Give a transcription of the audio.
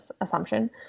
assumption